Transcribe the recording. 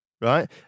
right